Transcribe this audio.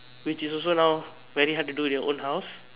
which is also now very hard to do in your own house